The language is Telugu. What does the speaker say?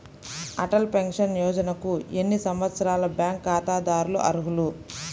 అటల్ పెన్షన్ యోజనకు ఎన్ని సంవత్సరాల బ్యాంక్ ఖాతాదారులు అర్హులు?